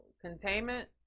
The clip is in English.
Containment